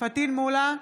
פטין מולא,